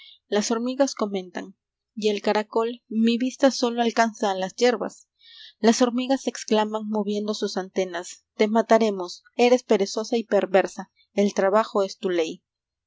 las hormigas comentan y el caracol mi vista sólo alcanza a las hierbas las hormigas exclaman moviendo sus antenas te mataremos eres perezosa y perversa el trabajo es tu ley